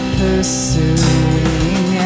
pursuing